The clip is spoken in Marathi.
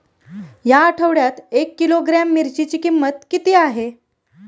या आठवड्यात एक किलोग्रॅम मिरचीची किंमत किती आहे?